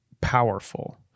powerful